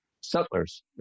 settlers